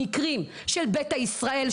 מקרים של בטא ישראל,